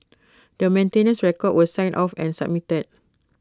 the maintenance records were signed off and submitted